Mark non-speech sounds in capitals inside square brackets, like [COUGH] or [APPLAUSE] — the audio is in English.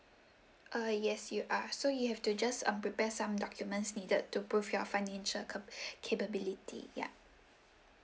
uh yes you are so you have to just um prepare some documents needed to prove your financial cap~ [BREATH] capability ya